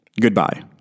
Goodbye